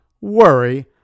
worry